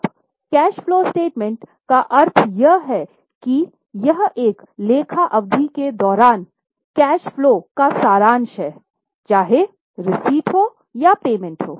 अब cash flow statement का अर्थ यह है कि यह एक लेखा अवधि के दौरान नक़दी प्रवाह का सारांश है चाहें रिसीट्स या पेमेंट हो